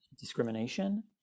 discrimination